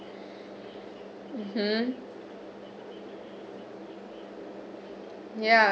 mmhmm ya